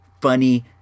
funny